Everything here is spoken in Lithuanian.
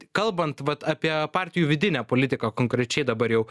kalbant vat apie partijų vidinę politiką konkrečiai dabar jau